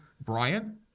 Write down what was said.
brian